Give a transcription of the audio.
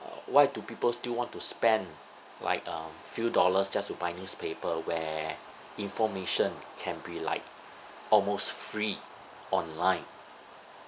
why do people still want to spend like a few dollars just to buy newspaper where information can be like almost free online